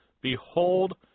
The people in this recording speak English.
Behold